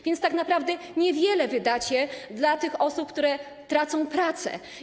Więc tak naprawdę niewiele wydacie na rzecz tych osób, które tracą pracę.